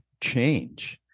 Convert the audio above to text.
change